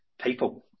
people